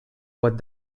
what